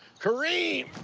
kareem!